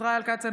ישראל כץ,